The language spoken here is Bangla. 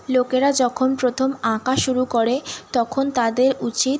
লোকেরা যখন প্রথম আঁকা শুরু করে তখন তাদের উচিত